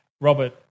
Robert